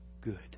good